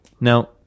Now